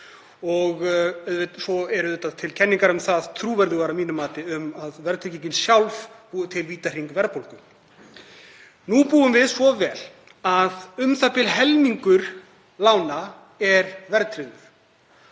Svo eru auðvitað til kenningar um það, trúverðugar að mínu mati, að verðtryggingin sjálf búi til vítahring verðbólgu. Nú búum við svo vel að u.þ.b. helmingur lána er verðtryggður.